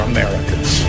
Americans